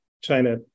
China